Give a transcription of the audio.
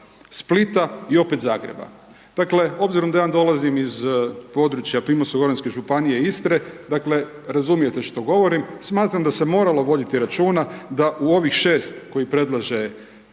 Splita i opet Zagreba. Dakle, obzirom da ja dolazim iz područja Primorsko-goranske županije Istre, dakle razumijete što govorim. Smatram da se moralo voditi računa da u ovih 6 koje predlaže